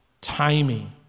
timing